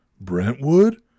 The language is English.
Brentwood